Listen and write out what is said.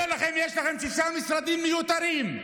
אומר לכם: יש לכם שישה משרדים מיותרים,